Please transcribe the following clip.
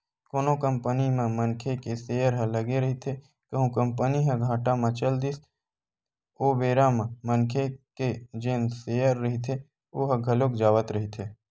कोनो कंपनी म मनखे के सेयर ह लगे रहिथे कहूं कंपनी ह घाटा म चल दिस ओ बेरा म मनखे के जेन सेयर रहिथे ओहा घलोक जावत रहिथे